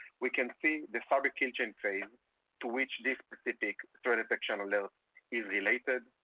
we can see the cyber kill chain phase to which this specific threat detection alert is related,